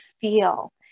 feel